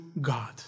God